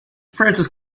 francis